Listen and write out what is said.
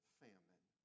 famine